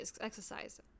exercise